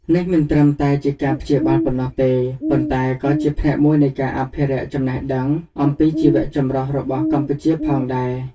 នេះមិនត្រឹមតែជាការព្យាបាលប៉ុណ្ណោះទេ ប៉ុន្តែក៏ជាផ្នែកមួយនៃការអភិរក្សចំណេះដឹងអំពី ជីវៈចម្រុះ របស់កម្ពុជាផងដែរ។